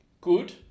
Good